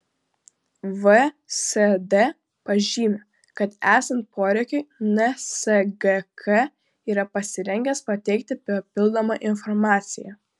vsd pažymi kad esant poreikiui nsgk yra pasirengęs pateikti papildomą informaciją